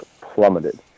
plummeted